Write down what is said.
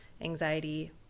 anxiety